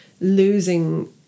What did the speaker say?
losing